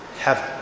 heaven